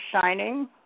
shining